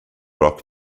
rock